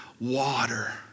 water